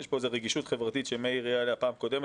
יש פה רגישות חברתית שמאיר העיר עליה פעם קודמת,